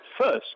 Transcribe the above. first